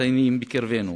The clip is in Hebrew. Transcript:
הרשויות.